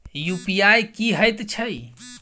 UPI की हएत छई?